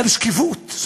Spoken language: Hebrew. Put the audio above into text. מדינה דמוקרטית.